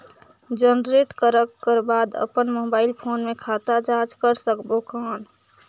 Generate करक कर बाद अपन मोबाइल फोन मे खाता जांच कर सकबो कौन?